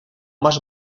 más